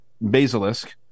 basilisk